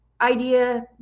idea